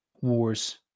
wars